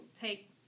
take